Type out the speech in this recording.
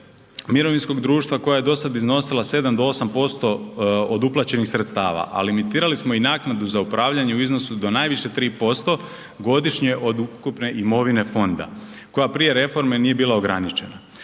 mirovinskog društva koja je do sada iznosila 7 do 8% od uplaćenih sredstva, a limitirali smo i naknadu za upravljanje u iznosu do najviše 3% godine od ukupne imovine fonda koja prije reforme nije bila ograničena.